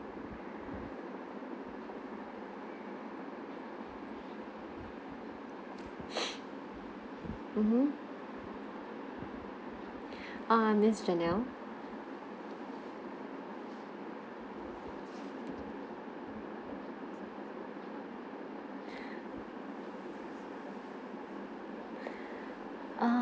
mmhmm uh yes janelle err~